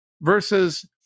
Versus